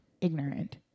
ignorant